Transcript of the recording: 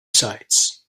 sides